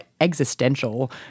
existential